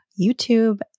YouTube